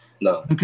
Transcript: No